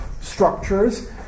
structures